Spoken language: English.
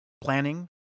planning